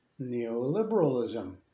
neoliberalism